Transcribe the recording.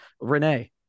Renee